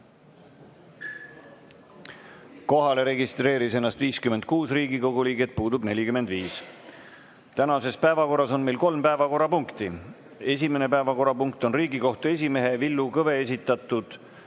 Kohalolijaks registreeris ennast 56 Riigikogu liiget, puudub 45. Tänases päevakorras on meil kolm päevakorrapunkti. Esimene päevakorrapunkt on Riigikohtu esimehe Villu Kõve esitatud